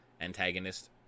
antagonist